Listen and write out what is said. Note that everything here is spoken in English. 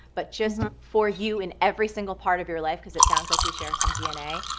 but just not for you in every single part of your life, because it sounds like we share some dna,